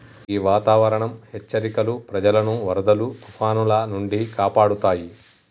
గీ వాతావరనం హెచ్చరికలు ప్రజలను వరదలు తుఫానాల నుండి కాపాడుతాయి